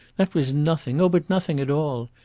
that was nothing oh, but nothing at all.